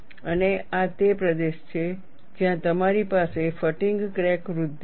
અને આ તે પ્રદેશ છે જ્યાં તમારી પાસે ફટીગ ક્રેક વૃદ્ધિ છે